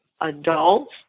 Adults